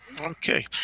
Okay